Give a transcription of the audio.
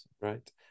right